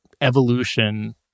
evolution